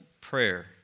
prayer